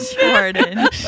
Jordan